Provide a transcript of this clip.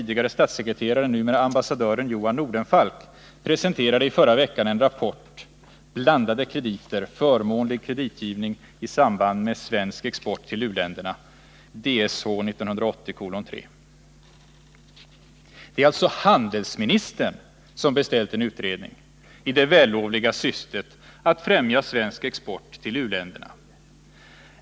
Det är alltså handelsministern som beställt en utredning i det vällovliga syftet att främja svensk export till u-länderna.